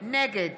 נגד